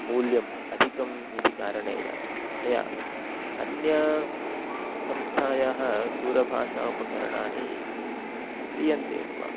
मूल्यम् अधिकम् इति कारणेन मया अन्यसंस्थायाः दूरभाषा उपकरणानि क्रयन्ते स्म